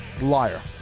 Liar